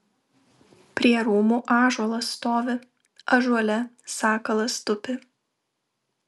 prie rūmų ąžuolas stovi ąžuole sakalas tupi